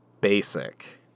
basic